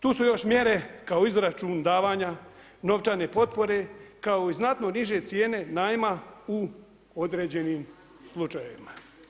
Tu su još mjere kao izračun davanja novčane potpore, kao i znatno niže cijene najma u određenim slučajevima.